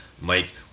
Mike